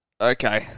Okay